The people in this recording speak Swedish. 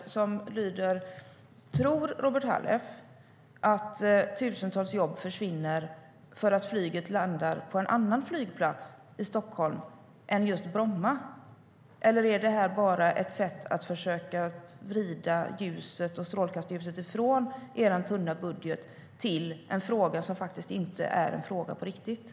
Tror Robert Halef att tusentals jobb försvinner för att flyget landar på en annan flygplats i Stockholm än just Bromma, eller är det här bara ett sätt att försöka vrida strålkastarljuset från er tunna budget till en fråga som faktiskt inte är en fråga på riktigt?